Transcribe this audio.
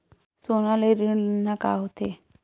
सोना ले ऋण लेना का होथे?